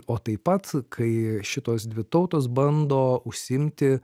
o taip pat kai šitos dvi tautos bando užsiimti